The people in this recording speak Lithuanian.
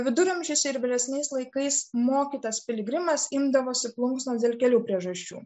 viduramžiuose ir vėlesniais laikais mokytas piligrimas imdavosi plunksnos dėl kelių priežasčių